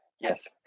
Yes